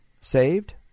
saved